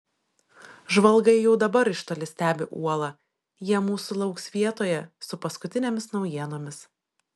žvalgai jau dabar iš toli stebi uolą jie mūsų lauks vietoje su paskutinėmis naujienomis